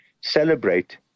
celebrate